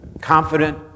confident